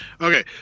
Okay